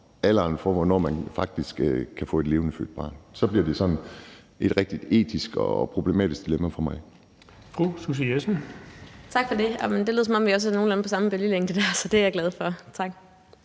grænsen for, hvornår man faktisk kan få et levendefødt barn. Så bliver det sådan et rigtig etisk og problematisk dilemma for mig.